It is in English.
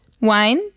wine